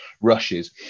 rushes